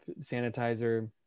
sanitizer